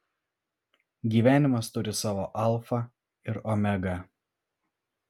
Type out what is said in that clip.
gyvenimas turi savo alfą ir omegą